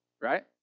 Right